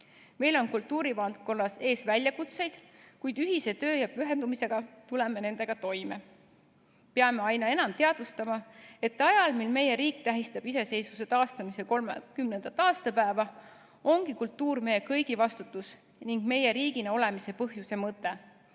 Meil on kultuurivaldkonna ees väljakutseid, kuid ühise töö ja pühendumisega tuleme nendega toime. Me peame aina enam teadvustama, et ajal, mil meie riik tähistab iseseisvuse taastamise 30. aastapäeva, ongi kultuur meie kõigi vastutus ning meie riigina olemise põhjus ja mõte,